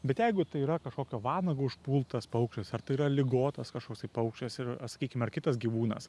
bet jeigu tai yra kažkokio vanago užpultas paukštis ar tai yra ligotas kažkoksai paukštis ir ar sakykim ar kitas gyvūnas